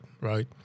right